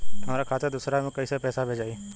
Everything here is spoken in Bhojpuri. हमरा खाता से दूसरा में कैसे पैसा भेजाई?